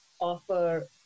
offer